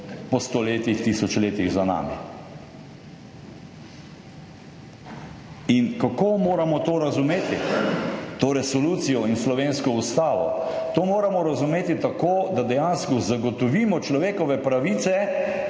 po stoletjih, tisočletjih za nami. In kako moramo to razumeti, to resolucijo in slovensko Ustavo? To moramo razumeti tako, da dejansko zagotovimo človekove pravice,